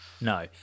no